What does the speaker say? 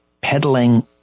peddling